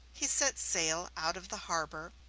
he set sail out of the harbor,